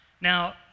Now